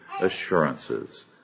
assurances